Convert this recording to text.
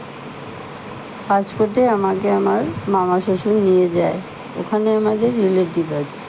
কাজ করতে আমাকে আমার মামা শ্বশুর নিয়ে যায় ওখানে আমাদের রিলেটিভ আছে